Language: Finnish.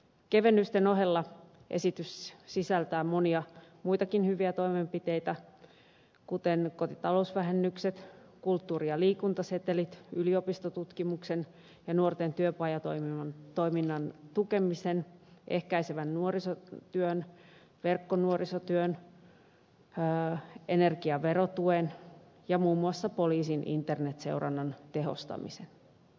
kevennysten ohella esitys sisältää monia muitakin hyviä toimenpiteitä kuten kotitalousvähennykset kulttuuri ja liikuntasetelit yliopistotutkimuksen ja nuorten työpajatoiminnan tukemisen ehkäisevän nuorisotyön verkkonuorisotyön energiaverotuen ja muun muassa poliisin internetseurannan tehostamisen